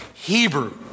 Hebrew